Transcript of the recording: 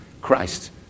Christ